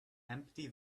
empty